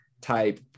type